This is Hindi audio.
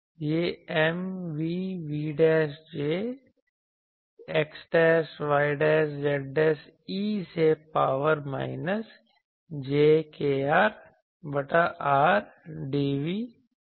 यह m v v J xyz e से पावर माइनस j kR बटा R dv है